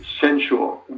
sensual